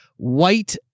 white